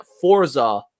Forza